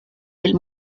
del